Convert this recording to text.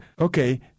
okay